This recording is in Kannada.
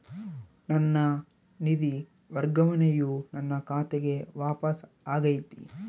ನನ್ನ ನಿಧಿ ವರ್ಗಾವಣೆಯು ನನ್ನ ಖಾತೆಗೆ ವಾಪಸ್ ಆಗೈತಿ